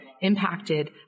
Impacted